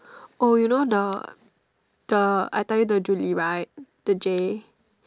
oh you know the the I tell you the Julie right the J